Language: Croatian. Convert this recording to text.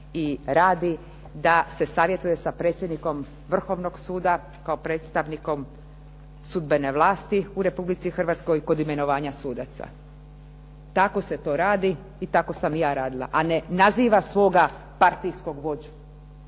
i radi da se savjetuje sa predsjednikom Vrhovnog suda kao predstavnikom sudbene vlasti u Republici Hrvatskoj kod imenovanja sudaca. Tako se radi i tako sam ja radila. A ne naziva svoga partijskog vođu.